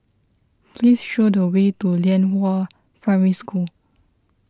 please show the way to Lianhua Primary School